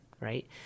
Right